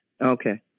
Okay